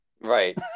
Right